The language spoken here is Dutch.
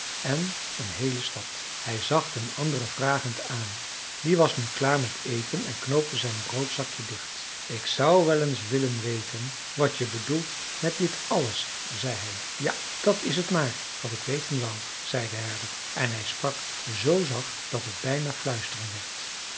en een heele stad hij zag den ander vragend aan die was nu klaar met eten en knoopte zijn broodzakje dicht ik zou wel eens willen weten wat je bedoelt met dit alles zei hij ja dàt is t maar wat ik weten wou zei de herder en hij sprak z zacht dat het bijna fluisteren werd